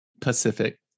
pacific